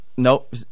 Nope